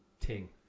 ting